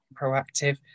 proactive